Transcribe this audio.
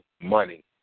money